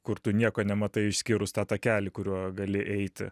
kur tu nieko nematai išskyrus tą takelį kuriuo gali eiti